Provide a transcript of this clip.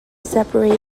separate